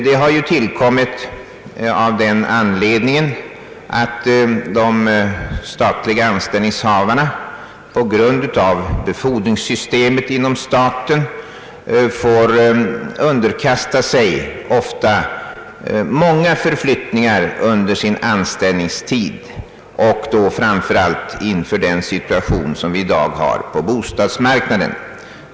Den här låneformen har kommit till av den anledningen att de statliga anställningshavarna på grund av rådande befordringssystem ofta får underkasta sig flyttningar under sin anställningstid. Givetvis har också dagens situation på bostadsmarknaden medverkat härvidlag.